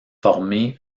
former